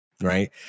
right